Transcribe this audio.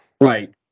Right